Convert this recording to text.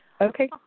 okay